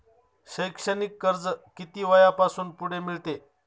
शैक्षणिक कर्ज किती वयापासून पुढे मिळते?